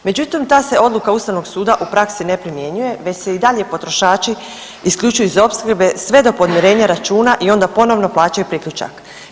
Međutim, ta se odluka ustavnog suda u praksi ne primjenjuje već se i dalje potrošači isključuju iz opskrbe sve do podmirenja računa i onda ponovno plaćaju priključak.